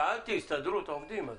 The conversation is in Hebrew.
שאלתי, הסתדרות עובדים.